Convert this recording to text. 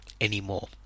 anymore